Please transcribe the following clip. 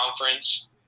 conference